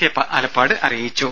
K Alappad അറിയിച്ചു